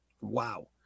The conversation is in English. Wow